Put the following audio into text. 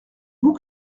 vous